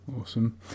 Awesome